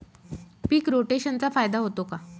पीक रोटेशनचा फायदा होतो का?